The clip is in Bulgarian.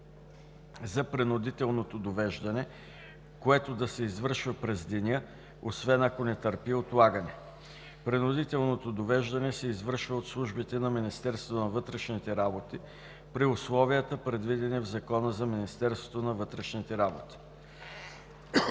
за принудителното довеждане, което да се извършва през деня, освен ако не търпи отлагане. Принудителното довеждане се извършва от службите на Министерството на вътрешните работи при условията, предвидени в Закона за Министерство на вътрешните работи.